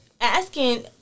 asking